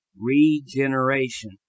regeneration